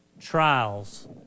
trials